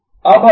अब अगर